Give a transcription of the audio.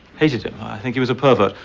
hated it. i think he was a pervert,